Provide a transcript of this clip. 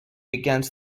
against